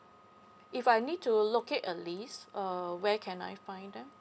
if I need to locate a list uh where can I find that